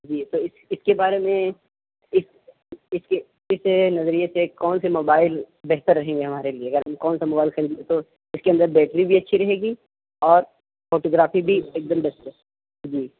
جی تو اس اس کے بارے میں اس اس کے اس نظریے سے کون سے موبائل بہتر رہیں گے ہمارے لیے اگر ہم کون سا موبائل خریدیں تو اس کے اندر بیٹری بھی اچھی رہے گی اور فوٹوگرافی بھی ایک دم بیسٹ ہو جی